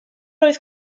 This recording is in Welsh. oedd